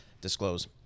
disclose